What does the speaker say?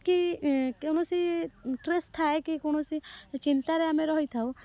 କି କୌଣସି ଷ୍ଟ୍ରେସ୍ ଥାଏ କି କୌଣସି ଚିନ୍ତାରେ ଆମେ ରହିଥାଉ